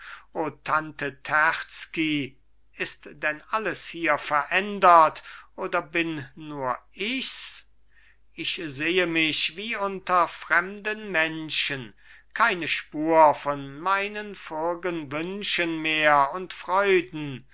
tante terzky ist denn alles hier verändert oder bin nur ichs ich sehe mich wie unter fremden menschen keine spur von meinen vorgen wünschen mehr und freuden